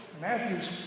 Matthew's